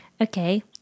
Okay